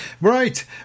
Right